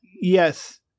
yes